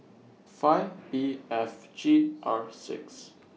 five P F G R six